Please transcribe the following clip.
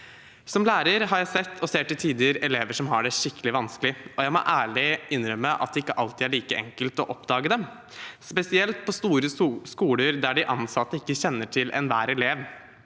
Som lærer har jeg sett og ser til tider elever som har det skikkelig vanskelig, og jeg må ærlig innrømme at det ikke alltid er like enkelt å oppdage dem, spesielt på store skoler der de ansatte ikke kjenner hver elev,